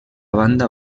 banda